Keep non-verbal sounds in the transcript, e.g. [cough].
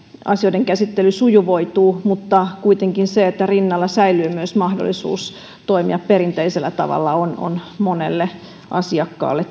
asioiden käsittely sujuvoituu mutta kuitenkin se että rinnalla säilyy myös mahdollisuus toimia perinteisellä tavalla on monelle asiakkaalle [unintelligible]